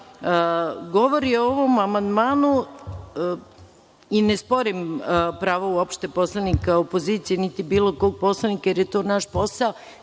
govori o ovom amandmanu, i uopšte ne sporim pravo poslanika opozicije niti bilo kog poslanika, jer je to naš posao,